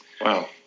Wow